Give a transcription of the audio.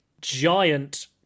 giant